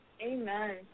Amen